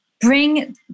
bring